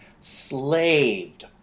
slaved